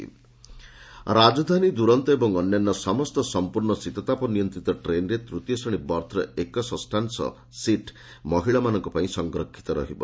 railway female Rajdhani Duronto ଏବଂ ଅନ୍ୟାନ୍ୟ ସମସ୍ତ ସଂପୂର୍ଣ୍ଣ ଶୀତତାପ ନିୟନ୍ତ୍ରିତ ଟ୍ରେନ୍ରେ ତୃତୀୟ ଶ୍ରେଣୀ ବର୍ଥର ଏକଷଷ୍ଠାଶ ସିଟ୍ ମହିଳାମାନଙ୍କ ପାଇଁ ସଂରକ୍ଷିତ ରହିବ